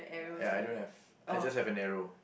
ya I don't have I just have an arrow